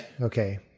Okay